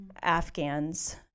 Afghans